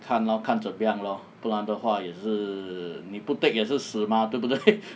看 lor 看怎样 lor 不然的话也是你不 take 也是死吗对不对